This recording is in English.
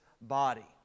body